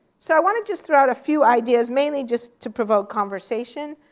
so i want to just throw out a few ideas, mainly just to provoke conversation.